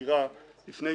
שנתיים או שנתיים וחצי.